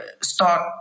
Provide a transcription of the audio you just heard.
start